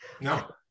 No